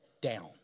down